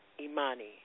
Imani